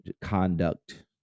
conduct